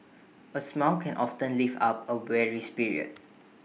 A smile can often lift up A weary spirit